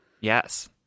Yes